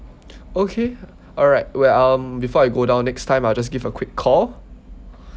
okay alright well um before I go down next time I'll just give a quick call